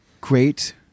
great